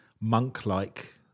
monk-like